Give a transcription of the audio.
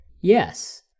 Yes